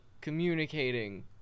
communicating